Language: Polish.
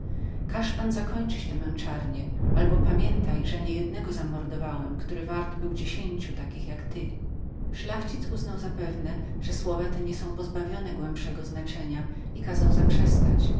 każ pan zakończyć te męczarnie albo pamiętaj że już nie dziesięciu takich zamordowałem którzy więcej byli warci od ciebie niemiłosierny pan uznał zapewne że słowa te nie były bez pewnego prawdopodobieństwa i kazał zaprzestać